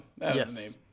Yes